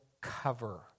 cover